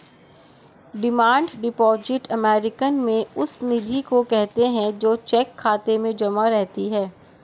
demand deposit American में उस निधि को कहते हैं जो चेक खाता में जमा रहती है